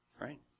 right